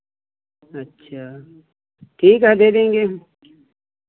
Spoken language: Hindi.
अच्छा ठीक है दे देंगे